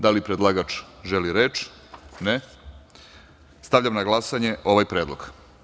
Da li predlagač želi reč? (Ne.) Stavljam na glasanje ovaj predlog.